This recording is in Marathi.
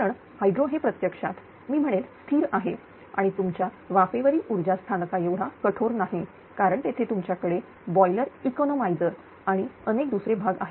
कारण हाइड्रो हे प्रत्यक्षात मी म्हणेल स्थिर आहे आणि तुमच्या वाफेवरील ऊर्जा स्थानका एवढा कठोर नाही कारण तेथे तुमच्याकडे बॉयलर इकॉनोमायझर आणि अनेक दुसरे भाग आहेत